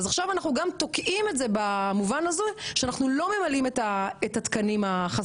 אנחנו עכשיו תוקעים את זה במובן זה שאנחנו לא ממלאים את התקנים החסרים.